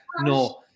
No